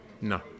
No